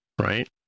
right